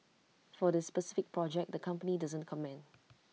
for this specific project the company doesn't comment